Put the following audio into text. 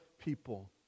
people